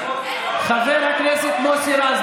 חבר הכנסת מוסי רז,